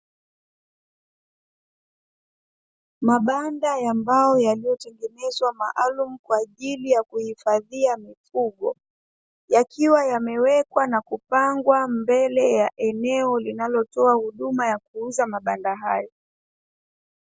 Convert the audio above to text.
Mabanda ya mbao yaliyotengenezwa maalum kwa ajili ya kuhifadhia mifugo, yakiwa yamewekwa na kupangwa mbele ya eneo linalotoa huduma ya kuuza mabanda hayo.